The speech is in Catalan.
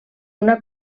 una